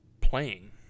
playing